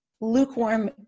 lukewarm